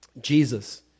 Jesus